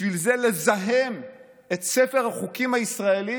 בשביל זה לזהם את ספר החוקים הישראלי